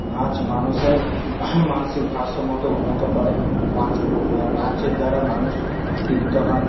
নাচ মানুষের মানসিক ভারসাম্যকে উন্নত করে মাছ নাচের দ্বারা মানুষ তৃপ্ত হয়